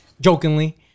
jokingly